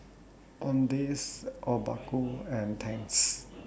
Owndays Obaku and Tangs